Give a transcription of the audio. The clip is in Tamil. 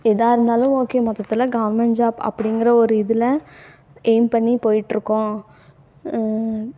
ஏதாருந்தாலும் ஓகே மொத்தத்தில் கவர்மெண்ட் ஜாப் அப்படிங்கிற ஒரு இதில் எய்ம் பண்ணி போய்கிட்டிருக்கோம்